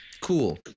Cool